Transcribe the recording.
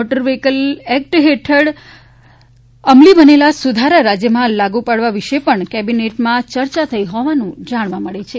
motor vehicle act હેઠળમાં અમલી બનેલા સુધારા રાજયમાં લાગુ પાડવા વિશે પણ કેબિનેટમાં ચર્ચા થઇ હોવાનું જાણવા મળે છે